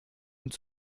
und